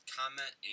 comment